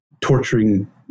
torturing